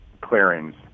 clearings